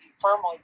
firmly